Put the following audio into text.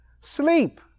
sleep